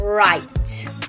Right